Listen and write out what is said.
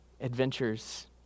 adventures